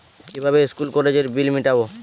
কিভাবে স্কুল কলেজের বিল মিটাব?